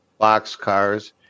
boxcars